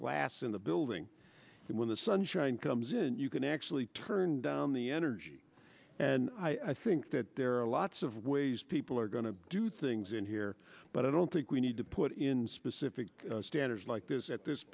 glass in the building and when the sunshine comes in you can actually turn down the energy and i think that there are lots of ways people are going to do things in here but i don't think we need to put in specific standards like this at this